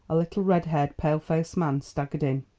a little red-haired, pale-faced man staggered in.